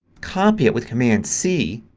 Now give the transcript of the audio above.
copy it with command c,